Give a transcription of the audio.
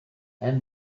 and